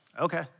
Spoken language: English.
okay